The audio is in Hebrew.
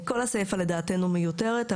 כל הסיפה לדעתנו מיותרת,